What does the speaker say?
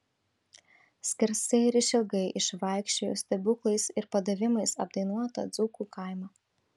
skersai ir išilgai išvaikščiojo stebuklais ir padavimais apdainuotą dzūkų kaimą